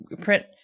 print